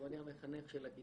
טוב, אני המחנך של הכיתה.